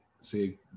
see